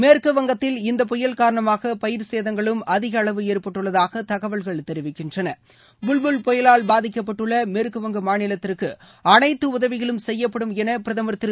மேற்குவங்கத்தில் இந்த புயல் காரணமாக பயிர் சேதங்களும் அதிக அளவு ஏற்பட்டுள்ளதாக தகவல்கள் தெரிவிக்கின்றன புல்புல் புயலால் பாதிக்கபட்டுள்ள மேற்கு வங்க மாநிலத்திற்கு அனைத்து உதவிகளும் செய்யப்படும் என பிரதமர் திரு